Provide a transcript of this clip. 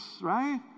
Right